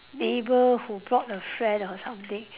neighbour who brought a friend or something